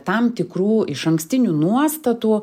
tam tikrų išankstinių nuostatų